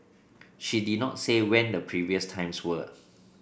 she did not say when the previous times were